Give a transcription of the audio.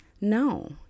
No